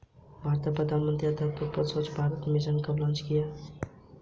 भारतीय प्रधानमंत्री ने आधिकारिक तौर पर स्वच्छ भारत मिशन कब लॉन्च किया?